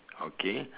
okay